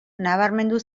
nabarmendu